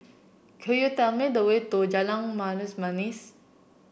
could you tell me the way to Jalan Manis